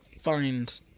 find